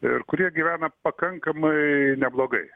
ir kurie gyvena pakankamai neblogai